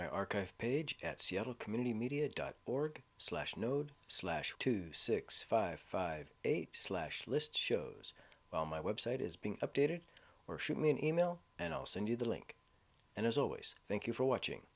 my archive page at seattle community media dot org slash node slash two six five five eight slash list shows well my website is being updated or shoot me an email and i'll send you the link and as always thank you for watching